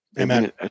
Amen